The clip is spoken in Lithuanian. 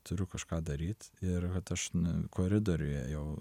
turiu kažką daryt ir kad aš koridoriuje jau